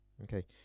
Okay